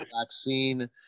vaccine